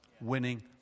winning